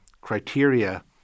criteria